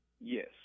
yes